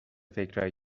فکرایی